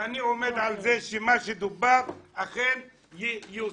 ואני עומד על זה שמה שדובר אכן ייושם.